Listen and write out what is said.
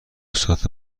سات